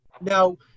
Now